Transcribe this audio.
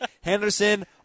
Henderson